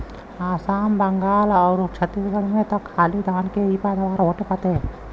आसाम, बंगाल आउर छतीसगढ़ में त खाली धान के ही पैदावार होत बाटे